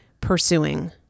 pursuing